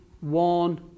one